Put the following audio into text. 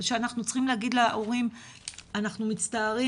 שאנחנו צריכים להגיד להורים "אנחנו מצטערים,